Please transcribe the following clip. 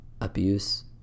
abuse